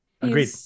agreed